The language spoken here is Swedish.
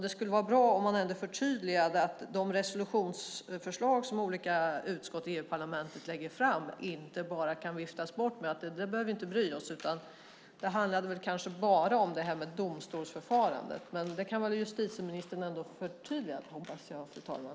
Det skulle vara bra om man förtydligade att de resolutionsförslag som olika utskott i EU-parlamentet lägger fram inte bara kan viftas bort med att vi inte behöver bry oss om dem. Det handlade kanske bara om det här med domstolsförfarandet. Det kan väl justitieministern förtydliga hoppas jag, fru talman.